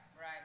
right